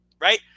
right